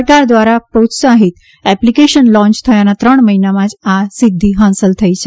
સરકાર દ્વારા પ્રોત્સાહિત એપ્લિકેશન લોંચ થયાના ત્રણ મહિનામાં જ આ સિદ્ધિ હાંસલ થઈ છે